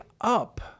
up